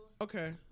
Okay